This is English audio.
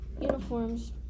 uniforms